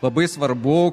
labai svarbu